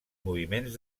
moviments